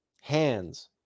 Hands